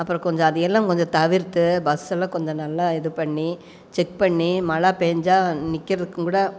அப்புறோம் கொஞ்சம் அதை எல்லாம் கொஞ்சம் தவிர்த்து பஸ்ஸெல்லாம் கொஞ்சம் நல்லா இது பண்ணி செக் பண்ணி மழை பேஞ்சா நிற்கிறத்துக் கூட